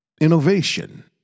Innovation